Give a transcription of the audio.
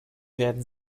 werden